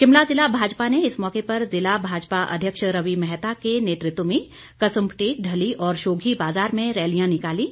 शिमला ज़िला भाजपा ने इस मौके पर ज़िला भाजपा अध्यक्ष रवि मैहता के नेतृत्व में कसुम्पटी ढली और शोघी बाज़ार में रैलियां निकालीं